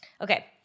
Okay